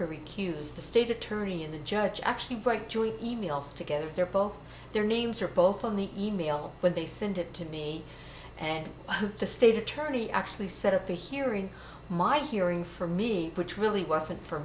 to recuse the state attorney and the judge actually break joint e mails together they're both their names are both on the e mail when they send it to me and the state attorney actually set up a hearing my hearing for me which really wasn't for